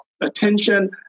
attention